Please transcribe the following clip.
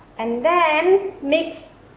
and then mix